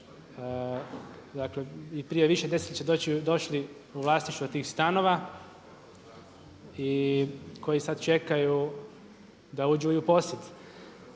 i prije više desetljeća došli u vlasništvo tih stanova i koji sada čekaju da uđu i u posjed.